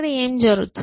ఏమి జరుగుతుంది